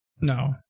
No